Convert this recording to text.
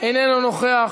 איננו נוכח.